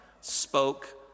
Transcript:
spoke